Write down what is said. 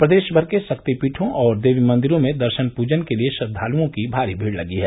प्रदेश भर के शक्तिपीठो और देवीमंदिरों में दर्शन पूजन के लिए श्रद्वालुओं की भारी भीड लगी है